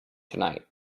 tonight